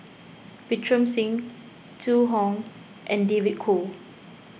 Pritam Singh Zhu Hong and David Kwo